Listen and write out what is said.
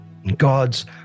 God's